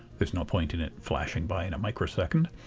there's no point in it flashing by in a microsecond.